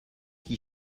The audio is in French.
qui